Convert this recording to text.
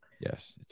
yes